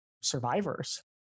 survivors